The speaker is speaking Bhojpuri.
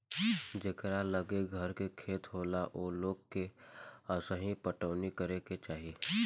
जेकरा लगे घर के खेत होला ओ लोग के असही पटवनी करे के चाही